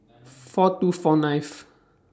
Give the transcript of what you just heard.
four two four ninth